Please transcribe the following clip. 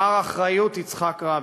מר אחריות, יצחק רבין.